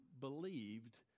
believed